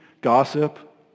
gossip